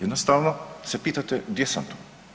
Jednostavno se pitate gdje sam to?